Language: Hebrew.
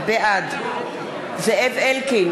בעד זאב אלקין,